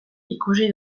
ikusi